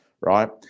right